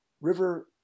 river